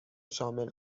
شامل